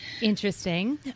Interesting